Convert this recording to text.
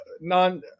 non